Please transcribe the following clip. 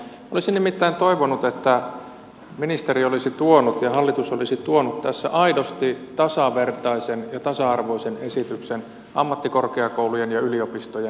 olisin nimittäin toivonut että ministeri olisi tuonut ja hallitus olisi tuonut tässä aidosti tasavertaisen ja tasa arvoisen esityksen ammattikorkeakoulujen ja yliopistojen välille